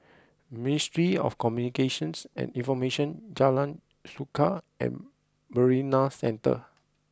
Ministry of Communications and Information Jalan Suka and Marina Centre